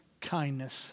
Kindness